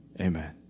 Amen